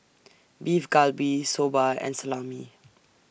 Beef Galbi Soba and Salami